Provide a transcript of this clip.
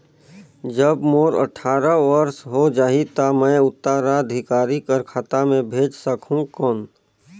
जब मोर अट्ठारह वर्ष हो जाहि ता मैं उत्तराधिकारी कर खाता मे भेज सकहुं कौन?